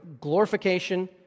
glorification